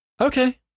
okay